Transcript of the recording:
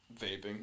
Vaping